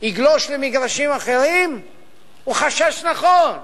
יגלוש למגרשים אחרים הוא חשש נכון,